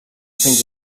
fins